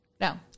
no